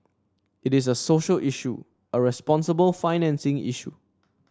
it is a social issue a responsible financing issue